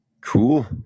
Cool